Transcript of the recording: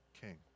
king